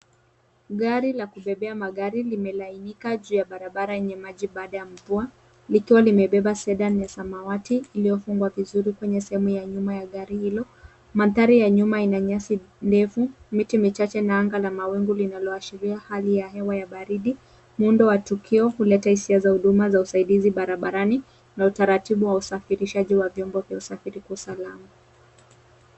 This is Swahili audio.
Gari la kubebea magari limelainika juu ya barabara yenye maji baada ya mvua likiwa limebeba Sedan ya samawati iliyofungwa vizuri kwenye sehemu ya nyuma ya gari hilo, mandhari ya nyuma ina nyasi ndefu, miti michache na anga la mawingu linaloashiria hali ya hewa ya baridi, muundo wa tukio huleta hisia za huduma za usaidizi barabarani na utaratibu wa usafirishaji wa vyombo vya usafiri kwa usalama.